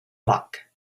luck